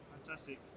Fantastic